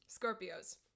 Scorpios